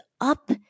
up